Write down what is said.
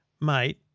Mate